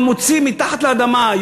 מוציאים מתחת לאדמה,